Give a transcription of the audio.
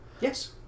Yes